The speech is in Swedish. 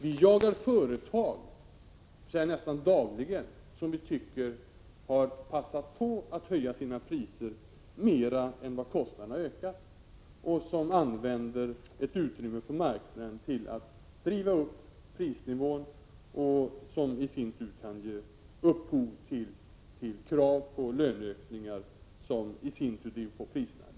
Nästan dagligen jagar vi företag som vi tycker har passat på att höja sina priser mer än vad kostnaderna har ökat. Dessa företag använder ett utrymme på marknaden till att driva upp prisnivån. Detta kan i sin tur ge upphov till krav på löneökningar som sedan driver på prisutvecklingen.